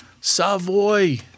Savoy